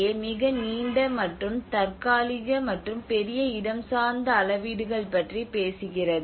ஏ மிக நீண்ட மற்றும் தற்காலிக மற்றும் பெரிய இடஞ்சார்ந்த அளவீடுகள் பற்றி பேசுகிறது